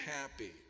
happy